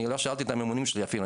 אני לא שאלתי את הממונים שלי אפילו,